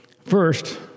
first